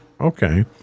Okay